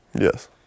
Yes